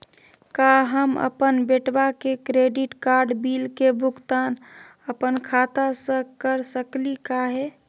का हम अपन बेटवा के क्रेडिट कार्ड बिल के भुगतान अपन खाता स कर सकली का हे?